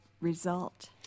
result